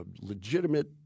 legitimate